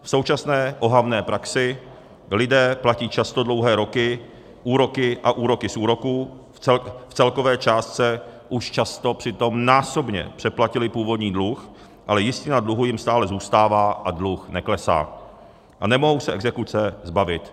V současné ohavné praxi lidé platí často dlouhé roky úroky a úroky z úroků, které v celkové částce už často přitom násobně přeplatily původní dluh, ale jistina dluhu jim stále zůstává a dluh neklesá a nemohou se exekuce zbavit.